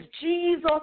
Jesus